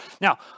Now